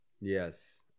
Yes